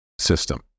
system